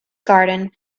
garden